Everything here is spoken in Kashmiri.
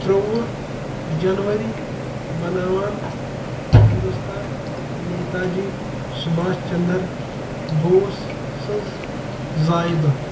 ترٛووُہ جنؤری بناوان ہندوستان نیتاجی سُباش چندر بوس سٕنٛز زایہِ دۄہ